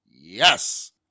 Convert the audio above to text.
Yes